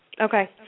Okay